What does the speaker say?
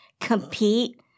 compete